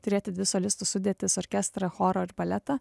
turėti dvi solistų sudėtis orkestrą chorą ir baletą